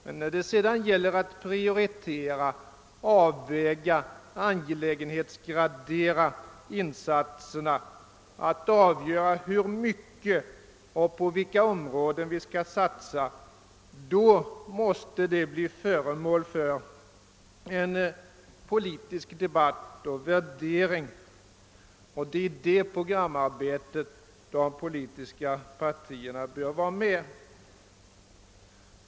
Men när det sedan blir fråga om att prioritera, avväga, angelägenhetsgradera insatserna, att avgöra hur mycket och på vilka områden vi skall satsa, då måste saken bli föremål för en politisk debatt och värdering. Det är i det programarbetet de politiska partierna bör vara med.